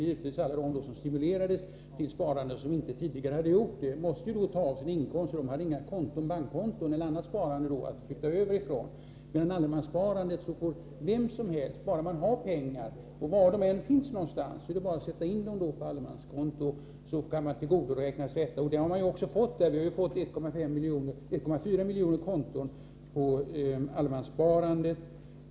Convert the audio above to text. Givetvis fanns det då många, som inte tidigare hade sparat, som stimulerades till sparande. De måste ta av sin inkomst, för de hade inga bankkonton eller annat sparande att flytta över pengar ifrån. I allemanssparandet däremot får vem som helst som har pengar, och var de än finns någonstans, bara sätta in dem på ett allemanskonto och tillgodoräkna sig förmånerna. Vi har ju också fått 1,4 miljoner konton inom allemanssparandet.